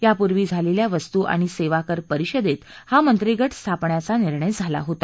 यापूर्वी झालेल्या वस्तू आणि सेवा कर परिषदेत हा मंत्रिगट स्थापण्याचा निर्णय झाला होता